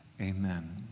Amen